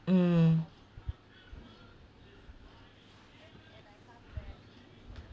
mm